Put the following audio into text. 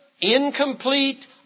incomplete